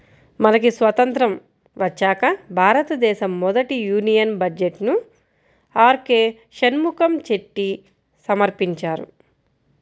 మనకి స్వతంత్రం వచ్చాక భారతదేశ మొదటి యూనియన్ బడ్జెట్ను ఆర్కె షణ్ముఖం చెట్టి సమర్పించారు